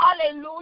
Hallelujah